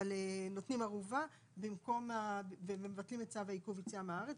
אבל נותנים ערובה ומבטלים את צו העיכוב יציאה מן הארץ.